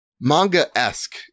manga-esque